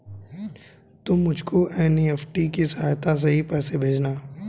तुम मुझको एन.ई.एफ.टी की सहायता से ही पैसे भेजना